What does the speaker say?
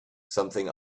something